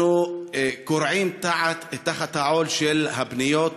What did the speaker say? אנחנו כורעים תחת העול של הפניות